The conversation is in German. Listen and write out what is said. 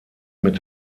mit